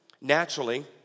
naturally